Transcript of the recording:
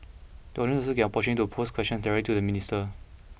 the audience will also get an opportunity to pose questions directly to the minister